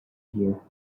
here